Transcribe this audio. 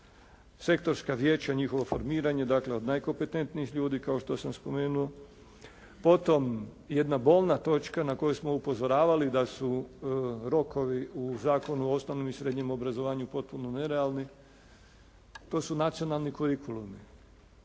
Sektorska vijeća, njihovo formiranje dakle od najkompetentnijih ljudi kao što sam spomenuo. Potom jedna bolna točka na koju smo upozoravali da su rokovi u Zakonu o osnovnom i srednjem obrazovanju potpuno nerealni. To su nacionalni kurikulumi.